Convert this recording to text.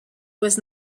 was